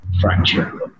fracture